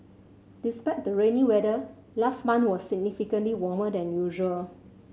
despite the rainy weather last month was significantly warmer than usual